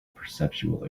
perceptual